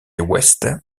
ouest